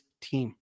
team